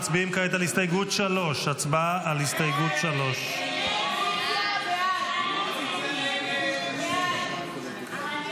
מצביעים כעת על הסתייגות 3. הצבעה על הסתייגות 3. הסתייגות 3 לא נתקבלה.